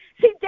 See